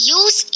use